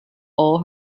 all